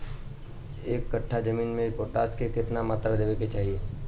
एक कट्ठा जमीन में पोटास के केतना मात्रा देवे के चाही?